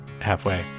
halfway